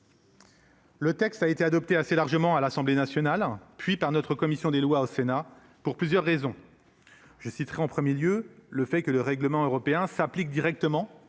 Le texte a été adopté assez largement à l'Assemblée nationale puis par notre commission des lois au Sénat pour plusieurs raisons, je citerai en 1er lieu le fait que le règlement européen s'applique directement